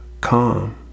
calm